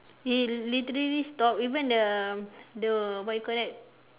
it literally stop even the the what you call that